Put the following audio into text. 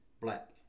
black